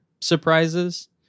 surprises